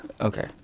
Okay